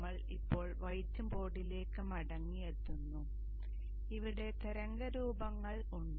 നമ്മൾ ഇപ്പോൾ വൈറ്റ് ബോർഡിലേക്ക് മടങ്ങിയെത്തുന്നു ഇവിടെ തരംഗ രൂപങ്ങൾ ഉണ്ട്